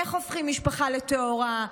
איך הופכים משפחה לטהורה?